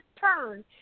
turn